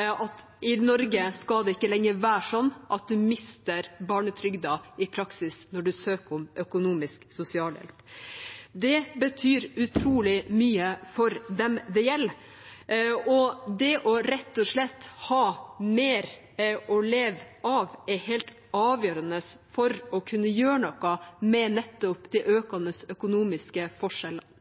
at i Norge skal det ikke lenger være sånn at man i praksis mister barnetrygden når man søker om økonomisk sosialhjelp. Det betyr utrolig mye for dem det gjelder. Det å rett og slett ha mer å leve av er helt avgjørende for å kunne gjøre noe med nettopp de økende økonomiske forskjellene.